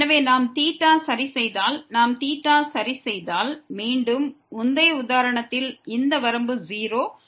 எனவே நாம் θவை சரி செய்தால் மீண்டும் முந்தைய உதாரணத்தில் இந்த வரம்பு 0ஆக இருக்கும்